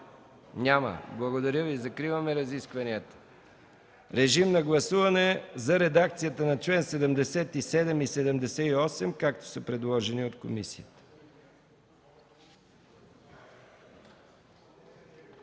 Няма. Благодаря Ви. Закривам разискванията. Режим на гласуване за редакцията на членове 77 и 78, както са предложени от комисията.